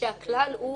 שהכלל הוא